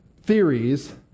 theories